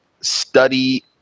study